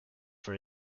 for